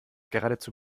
geradezu